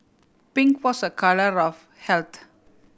pink was a colour of health